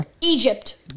Egypt